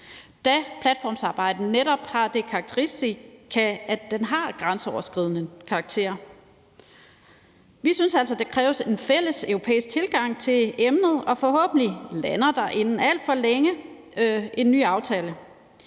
da platformsarbejde netop har det karakteristikum, at det er grænseoverskridende. Vi synes altså, det kræver en fælles europæisk tilgang til emnet, og forhåbentlig lander der inden alt for længe en ny aftale.